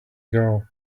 girl